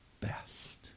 best